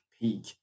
peak